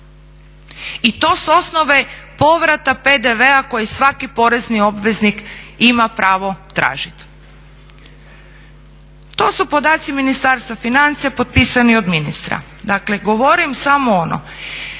I to s osnove povrata PDV koji svaki porezni obveznik ima pravo tražit. To su podaci Ministarstva financija potpisani od ministra. Dakle, govorim samo ono,